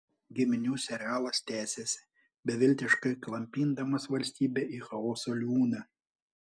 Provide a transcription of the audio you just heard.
giminių serialas tęsiasi beviltiškai klampindamas valstybę į chaoso liūną